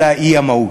אלא היא המהות.